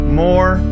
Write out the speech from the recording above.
more